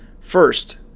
First